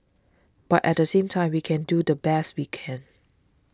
but at the same time we can do the best we can